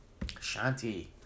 Shanti